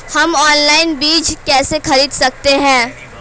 हम ऑनलाइन बीज कैसे खरीद सकते हैं?